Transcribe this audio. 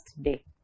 day